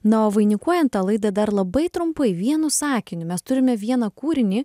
na o vainikuojant tą laidą dar labai trumpai vienu sakiniu mes turime vieną kūrinį